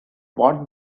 what